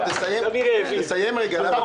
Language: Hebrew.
רגע, מר שאול, תסיים רגע להסביר -- טמיר העביר.